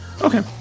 Okay